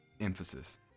Emphasis